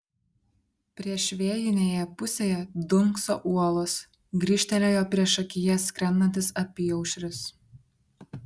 priešvėjinėje pusėje dunkso uolos grįžtelėjo priešakyje skrendantis apyaušris